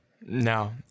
No